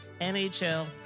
NHL